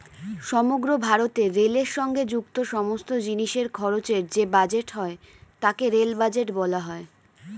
সমগ্র ভারতে রেলের সঙ্গে যুক্ত সমস্ত জিনিসের খরচের যে বাজেট হয় তাকে রেল বাজেট বলা হয়